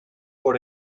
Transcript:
por